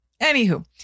anywho